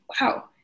wow